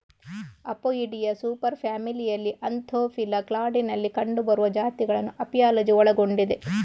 Apoidea super ಫ್ಯಾಮಿಲಿಯಲ್ಲಿ Anthophila ಕ್ಲಾಡಿನಲ್ಲಿ ಕಂಡುಬರುವ ಜಾತಿಗಳನ್ನು ಅಪಿಯಾಲಜಿ ಒಳಗೊಂಡಿದೆ